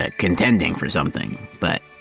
ah contending for something, but,